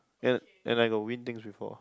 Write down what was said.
and and I got win things before